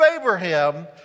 Abraham